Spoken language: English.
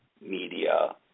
media